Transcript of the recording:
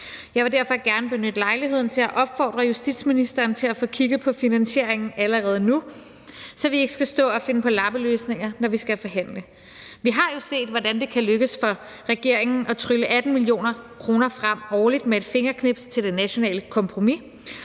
Jeg vil derfor gerne benytte lejligheden til at opfordre justitsministeren til at få kigget på finansieringen allerede nu, så vi ikke skal stå og finde på lappeløsninger, når vi skal forhandle. Vi har jo set, hvordan det kan lykkes for regeringen at trylle 18 mio. kr. frem årligt med et fingerknips til det nationale kompromis,